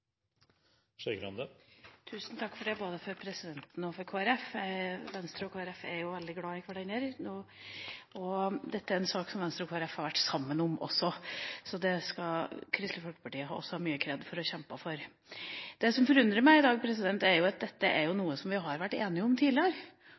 Skei Grande, så representanten Dagrun Eriksen. Tusen takk, både til presidenten og Kristelig Folkeparti. Venstre og Kristelig Folkeparti er jo veldig glad i hverandre, og dette er en sak som Venstre og Kristelig Folkeparti har vært sammen om. Kristelig Folkeparti skal ha mye «kred» for å ha kjempet for det. Det som forundrer meg i dag, er at dette er